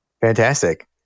Fantastic